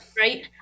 Right